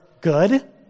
good